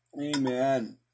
Amen